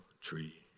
tree